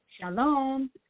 Shalom